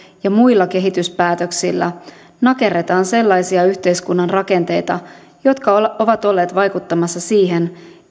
ja muilla kehityspäätöksillä nakerretaan sellaisia yhteiskunnan rakenteita jotka ovat olleet vaikuttamassa siihen